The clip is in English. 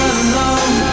alone